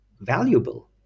valuable